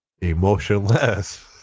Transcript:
emotionless